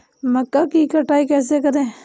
मक्का की कटाई कैसे करें?